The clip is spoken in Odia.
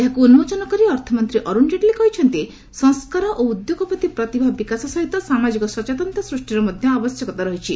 ଏହାକୁ ଉନ୍କୋଚନ କରି ଅର୍ଥମନ୍ତୀ ଅରୁଣ ଜେଟଲୀ କହିଛନ୍ତି ସଂସ୍କାର ଓ ଉଦ୍ୟୋଗପତି ପ୍ରତିଭା ବିକାଶ ସହିତ ସାମାଜିକ ସଚେତନତା ସୃଷ୍ଟିର ମଧ୍ୟ ଆବଶ୍ୟକତା ରହିଛି